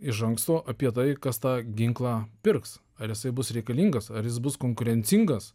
iš anksto apie tai kas tą ginklą pirks ar jisai bus reikalingas ar jis bus konkurencingas